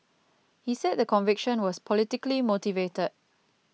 he said the conviction was politically motivated